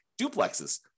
duplexes